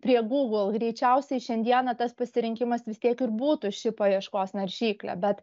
prie google greičiausiai šiandieną tas pasirinkimas vis tiek ir būtų ši paieškos naršyklė bet